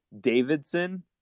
Davidson